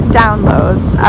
downloads